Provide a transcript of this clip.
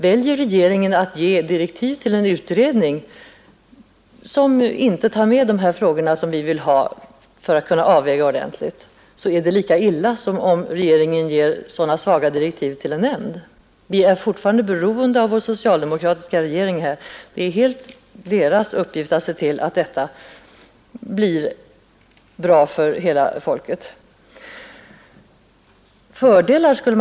Väljer regeringen att ge direktiv till en utredning och därvid inte tar med de frågor vi vill ha offentligt avvägda är det lika illa som om regeringen ger sådana svaga direktiv till en nämnd. Vi är fortfarande beroende av vår socialdemokratiska regering och det är dess uppgift att se till att frågan om nämndens befogenheter löses på ett sätt som är bra för hela folket.